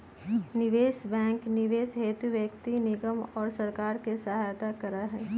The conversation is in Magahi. निवेश बैंक निवेश हेतु व्यक्ति निगम और सरकार के सहायता करा हई